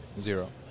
Zero